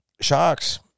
sharks